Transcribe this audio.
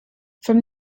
from